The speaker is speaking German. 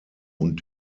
und